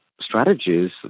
strategies